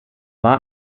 war